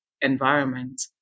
environment